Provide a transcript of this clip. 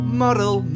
model